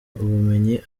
ubumenyi